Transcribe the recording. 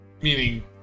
Meaning